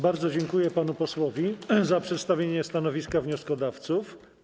Bardzo dziękuję panu posłowi za przedstawienie stanowiska wnioskodawców.